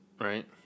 Right